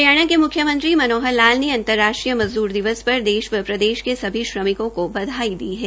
हरियाणा के मुख्यमंत्री मनोहर लाल ने अंतर्राष्ट्रीय मज़दूर दिवस पर देश व प्रदेश के सभी श्रमिकों को बधाई दी है